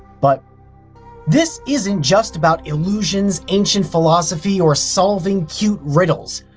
but this isn't just about illusions, ancient philosophy or solving cute riddles.